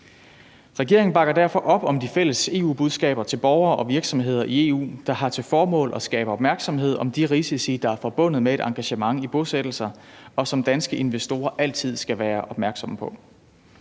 Regeringen bakker derfor op om de fælles EU-budskaber til borgere og virksomheder i EU, der har til formål at skabe opmærksomhed om de risici, der er forbundet med et engagement i bosættelser, og som danske investorer altid skal være opmærksomme på.